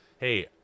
hey